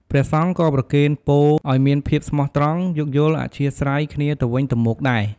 ព្រះសង្ឃក៏ប្រគេនពរឲ្យមានភាពស្មោះត្រង់ យោគយល់អធ្យាស្រ័យគ្នាទៅវិញទៅមកដែរ។